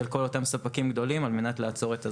כל אותם ספקים גדולים על מנת לעצור את הזרם.